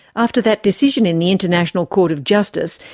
after that decision in the international court of justice,